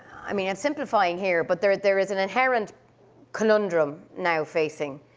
i mean i'm simplifying here, but there there is an inherent conundrum now facing,